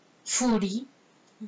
foodie